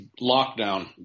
lockdown